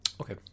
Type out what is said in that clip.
Okay